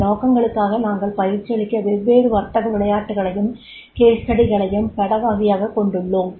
இந்த நோக்கங்களுக்காக நாங்கள் பயிற்சியளிக்க வெவ்வேறு வர்த்தக விளையாட்டுகளையும் கேஸ் ஸ்டடிகளையும் பெடகாகி யாகக் கொண்டுள்ளோம்